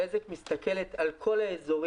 בזק מסתכלת על כל האזורים.